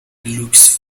لوکس